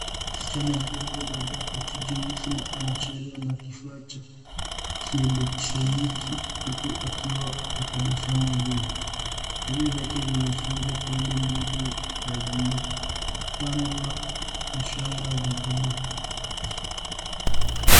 Msichana mdogo amevaa koti jeusi na anacheza na kifaa cha kielektroniki huku akiwa na tabasamu nzuri. Nywele zake zimefungwa pande mbili na zimepandwa na shanga za buluu.